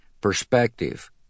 perspective